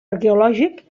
arqueològic